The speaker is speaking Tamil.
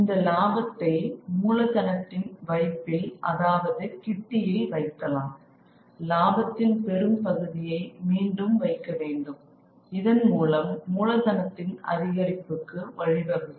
இந்த லாபத்தை மூலதனத்தின் வைப்பில் அதாவது கிட்டியில் வைக்கலாம் லாபத்தின் பெரும் பகுதியை மீண்டும் வைக்க வேண்டும் இதன் மூலம் மூலதனத்தின் அதிகரிப்புக்கு வழிவகுக்கும்